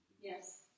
Yes